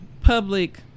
public